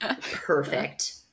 Perfect